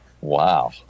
Wow